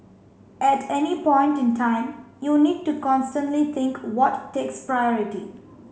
at any point in time you need to constantly think what takes priority